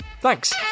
Thanks